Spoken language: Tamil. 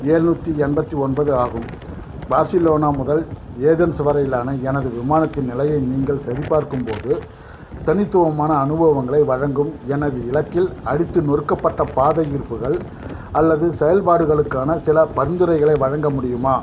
ஏழ்நூத்தி எண்பத்தி ஒன்பது ஆகும் பார்சிலோனா முதல் ஏதென்ஸ் வரையிலான எனது விமானத்தின் நிலையை நீங்கள் சரிபார்க்கும்போது தனித்துவமான அனுபவங்களை வழங்கும் எனது இலக்கில் அடித்து நொறுக்கப்பட்ட பாதை ஈர்ப்புகள் அல்லது செயல்பாடுகளுக்கான சில பரிந்துரைகளை வழங்க முடியுமா